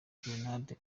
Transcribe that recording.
grenade